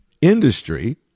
industry